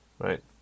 right